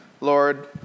Lord